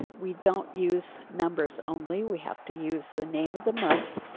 we don't use numbers only we have to use the name of the month.